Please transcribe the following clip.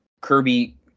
Kirby